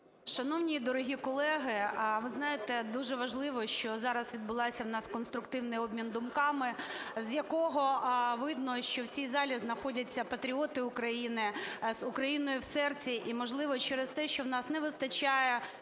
Шановні і дорогі колеги, ви знаєте, дуже важливо, що зараз відбувся у нас конструктивний обмін думками, з якого видно, що в цій залі знаходяться патріоти України з Україною в серці. І, можливо, через те, що у нас не вистачає